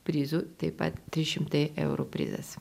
prizų taip pat trys šimtai eurų prizas